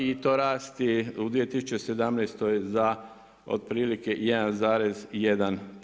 I to rasti u 2017. za otprilike 1,1%